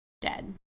dead